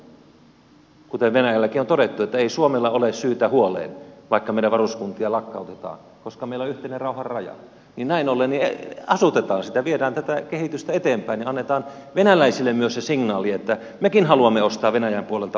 kun venäjälläkin on todettu että ei suomella ole syytä huoleen vaikka meidän varuskuntiamme lakkautetaan koska meillä on yhteinen rauhan raja niin näin ollen asutetaan sitä viedään tätä kehitystä eteenpäin ja annetaan venäläisille myös se signaali että mekin haluamme ostaa venäjän puolelta maata kiinteistöjä